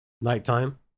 nighttime